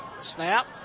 Snap